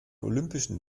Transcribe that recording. olympischen